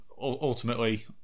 ultimately